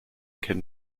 can